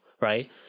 right